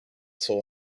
saw